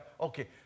Okay